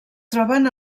troben